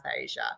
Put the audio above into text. Asia